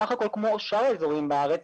בסך הכל כל בשאר האזורים בארץ,